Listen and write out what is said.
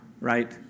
right